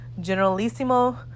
Generalissimo